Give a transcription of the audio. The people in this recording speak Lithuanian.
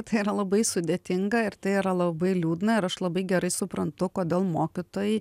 tai yra labai sudėtinga ir tai yra labai liūdna ir aš labai gerai suprantu kodėl mokytojai